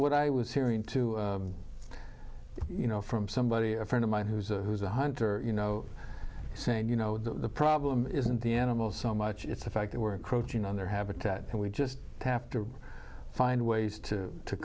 what i was hearing too you know from somebody a friend of mine who's a who's a hunter you know saying you know the problem isn't the animals so much it's the fact that we're quote you know their habitat and we just have to find ways to